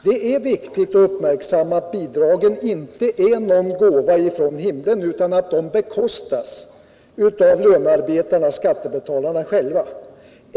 Det är viktigt att uppmärksamma att bostadsbidragen inte är någon gåva från himlen utan bekostas av lönarbetarna, skattebetalarna själva.